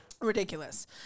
Ridiculous